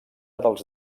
dels